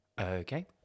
Okay